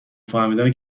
فهمیدن